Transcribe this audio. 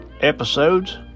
episodes